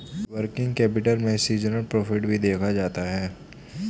working capital में seasonal profit भी देखा जाता है